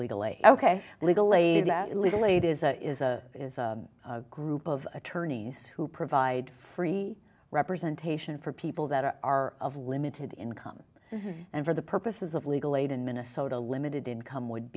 legally ok legal aid legal aid is a is a is a group of attorneys who provide free representation for people that are of limited income and for the purposes of legal aid in minnesota limited income would